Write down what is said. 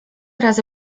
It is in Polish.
razy